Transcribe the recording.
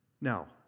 Now